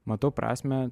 matau prasmę